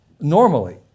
normally